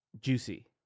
Juicy